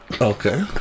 Okay